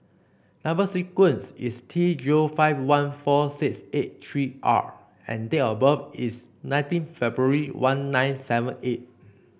number sequence is T zero five one four six eight three R and date of birth is nineteen February one nine seven eight